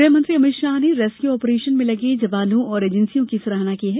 गृहमंत्री अमित शाह ने rescue operation में लगे जवानों और एजेंसियों की सराहना की है